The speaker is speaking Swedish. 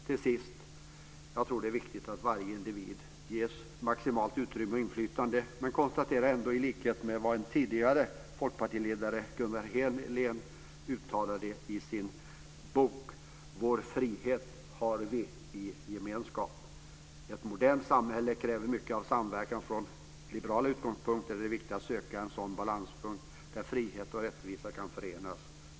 Till sist tror jag att det är viktigt att varje individ ges maximalt utrymme och inflytande, men jag konstaterar ändå i likhet med vad en tidigare folkpartiledare, Gunnar Helén, uttalade i sin bok, att "vår frihet har vi i gemenskap". Ett modernt samhälle kräver mycket av samverkan, och från liberala utgångspunkter är det viktigt att söka en sådan balanspunkt där frihet och rättvisa kan förenas.